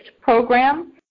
Program